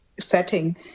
setting